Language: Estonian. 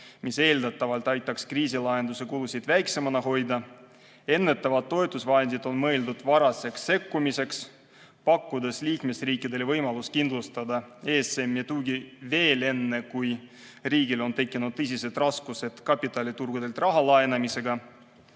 mis eeldatavalt aitaks kriisilahenduse kulusid väiksemana hoida. Ennetavad toetusvahendid on mõeldud varajaseks sekkumiseks, pakkudes liikmesriikidele võimalust kindlustada ESM-i tugi veel enne, kui riigil on tekkinud tõsised raskused kapitaliturgudelt raha laenamisega.